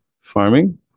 farming